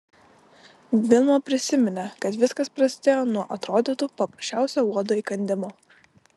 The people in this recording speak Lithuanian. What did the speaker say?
vilma prisiminė kad viskas prasidėjo nuo atrodytų paprasčiausio uodo įkandimo